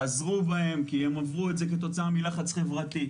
חזרו בהם כי הם עברו את זה כתוצאה מלחץ חברתי,